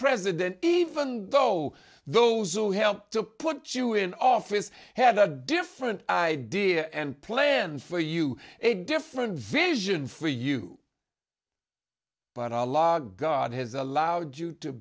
president even though those who helped to put you in office had a different idea and plan for you a different vision for you but a law god has allowed you to